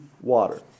water